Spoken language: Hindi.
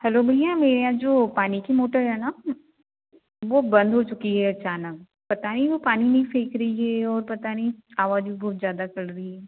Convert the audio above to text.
हेलो भैया मेरा जो पानी की मोटर है न वो बंद हो चुकी है अचानक पता नहीं वो पानी नहीं फेंक रही है और पता नहीं आवाज़ भी बहुत ज़्यादा कर रही है